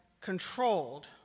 controlled